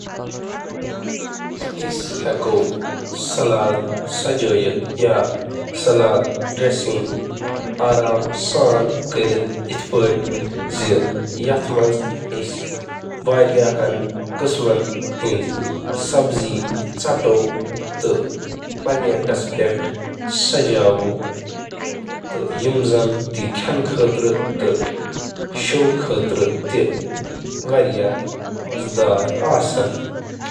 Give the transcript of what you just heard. Salad green تھٲوِو salad کِس پیالَس منٛز تہٕ ٹماٹر، کٔکٕرۍ، پیاز تہٕ گاجرَس سۭتۍ۔ تیٖل، سرکہ تہٕ کھنٛڈ تھٲوِو أکِس لۄکٹِس پلاسٹک کنٹینرَس منٛز۔